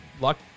luck